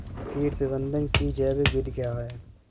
कीट प्रबंधक की जैविक विधि क्या है?